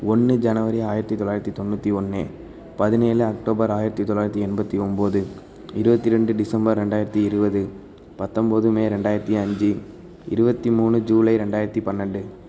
ஒன்று ஜனவரி ஆயிரத்து தொளாயிரத்து தொண்ணூற்றி ஒன்று பதினேழு அக்டோபர் ஆயிரத்து தொளாயிரத்து எண்பத்து ஒம்பது இருபத்தி ரெண்டு டிசம்பர் ரெண்டாயிரத்து இருபது பத்தம்பது மே ரெண்டாயிரத்து அஞ்சு இருபத்தி மூணு ஜூலை ரெண்டாயிரத்து பன்னெண்டு